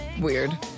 weird